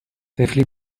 طفلی